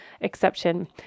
exception